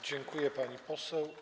Dziękuję, pani poseł.